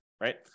right